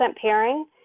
pairing